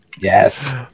Yes